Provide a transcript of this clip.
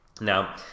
now